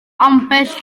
ambell